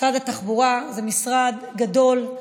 משרד התחבורה הוא משרד גדול,